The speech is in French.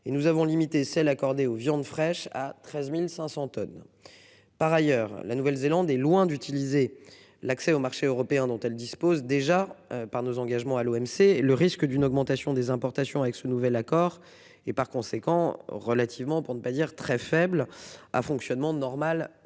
et nous avons limité celle accordée aux viandes fraîches à 13.500 tonnes. Par ailleurs, la Nouvelle-Zélande est loin d'utiliser l'accès au marché européen dont elle dispose déjà par nos engagements à l'OMC le risque d'une augmentation des importations, avec ce nouvel accord et par conséquent relativement pour ne pas dire très faible. Ah fonctionnement normal de